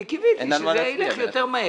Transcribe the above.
אני קיוויתי שזה ילך יותר מהר.